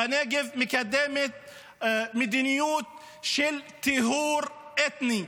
בנגב היא מקדמת מדיניות של טיהור אתני.